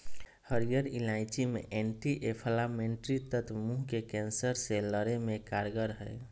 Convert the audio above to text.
हरीयर इलायची मे एंटी एंफलामेट्री तत्व मुंह के कैंसर से लड़े मे कारगर हई